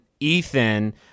ethan